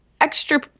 extra